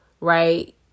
right